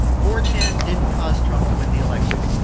four chan didn't cause trump to win the election.